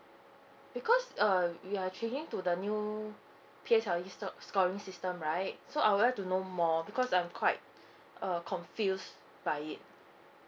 because uh we are changing to the new P_S_L_E system scoring system right so I would like to know more because I'm quite uh confused by it